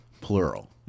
plural